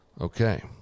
Okay